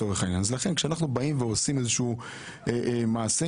לכן כשאנחנו עושים מעשה,